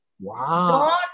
Wow